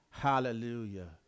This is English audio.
Hallelujah